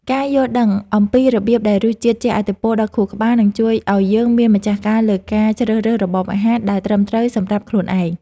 ការយល់ដឹងអំពីរបៀបដែលរសជាតិជះឥទ្ធិពលដល់ខួរក្បាលនឹងជួយឲ្យយើងមានម្ចាស់ការលើការជ្រើសរើសរបបអាហារ ដែលត្រឹមត្រូវសម្រាប់ខ្លួនឯង។